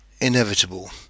inevitable